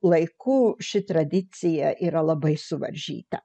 laiku ši tradicija yra labai suvaržyta